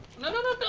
number